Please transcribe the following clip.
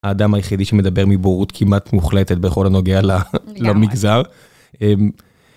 האדם היחידי שמדבר מבורות כמעט מוחלטת בכל הנוגע למגזר.